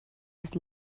his